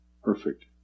perfect